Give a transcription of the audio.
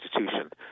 institution